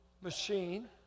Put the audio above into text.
machine